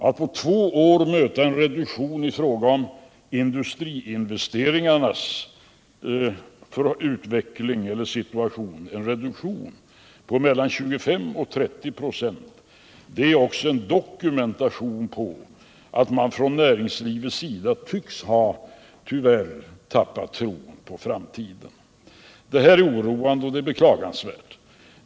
Att på två år möta en reduktion i fråga om industriinvesteringarnas situation på mellan 25 och 30 96 är också en dokumentation på att man från näringslivets sida tyvärr tycks ha tappat tron på framtiden. Det här är oroande och beklagansvärt.